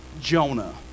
Jonah